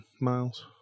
miles